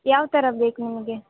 ಯಾವ ಥರ ಬೇಕು ನಿಮಗೆ